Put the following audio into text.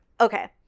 Okay